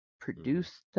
produced